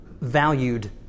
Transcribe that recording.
valued